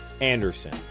Anderson